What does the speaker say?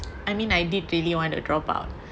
I mean I did really want to drop out